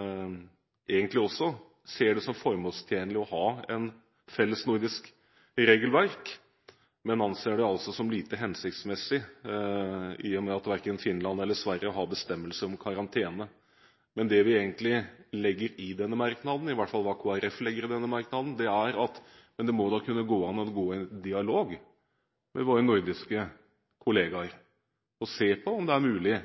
– egentlig også ser det som formålstjenlig å ha et felles nordisk regelverk, men de anser det altså som lite hensiktsmessig i og med at verken Finland eller Sverige har bestemmelser om karantene. Men det vi egentlig legger i denne merknaden – i hvert fall det Kristelig Folkeparti legger i den – er at det jo må kunne gå an å gå i dialog med våre nordiske kolleger og se på om det er mulig